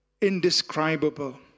Indescribable